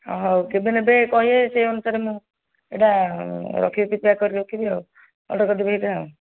ହେଉ କେବେ ନେବେ କହିବେ ସେହି ଅନୁସାରେ ମୁଁ ଏହିଟା ରଖିଦେଇଥିବି ପ୍ୟାକ୍ କରିକି ରଖିଦେବି ଆଉ ଅର୍ଡ଼ର କରିଦେବି ଏହିଟା